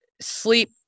sleep